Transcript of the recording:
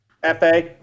FA